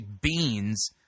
beans